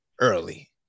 early